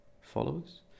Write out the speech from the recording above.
followers